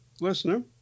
listener